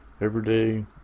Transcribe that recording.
everyday